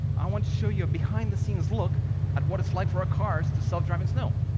i want to show you a behind-the-scenes look at what it's like for our cars to self-drive in snow.